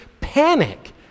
panic